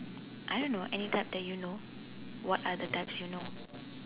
I don't know any type that you know what are the types you know